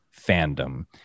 fandom